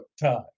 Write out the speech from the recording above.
time